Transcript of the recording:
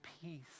peace